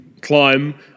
climb